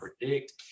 predict